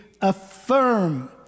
affirm